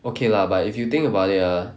okay lah but if you think about it ah